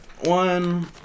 one